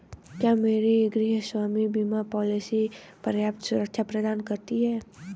क्या मेरी गृहस्वामी बीमा पॉलिसी पर्याप्त सुरक्षा प्रदान करती है?